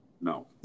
no